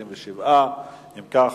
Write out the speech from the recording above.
27. אם כן,